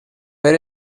per